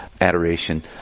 adoration